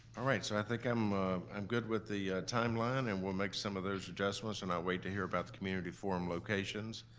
all right, so i think i'm i'm good with the timeline. and we'll make some of those adjustments, and i'll wait to hear about community forum locations.